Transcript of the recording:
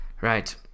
Right